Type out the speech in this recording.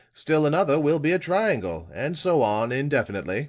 still another will be a triangle, and so on, indefinitely